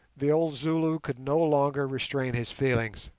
the old zulu could no longer restrain his feelings.